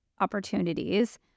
opportunities